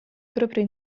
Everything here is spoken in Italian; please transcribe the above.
proprio